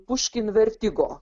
puškin vertigo